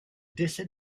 décède